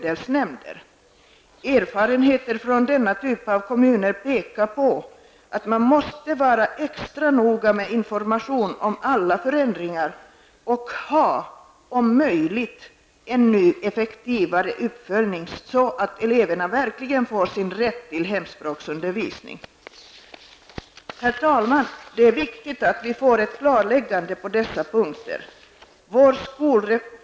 Erfarenheter från denna typ av kommuner pekar på att man måste vara extra noga med information om alla förändringar och, om möjligt, ha en ännu effektivare uppföljning, så att eleverna verkligen får sin rätt till hemspråksundervisning. Herr talman! Det är viktigt att vi får ett klarläggande på dessa punkter.